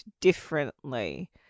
differently